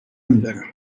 میدارم